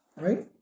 right